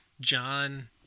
John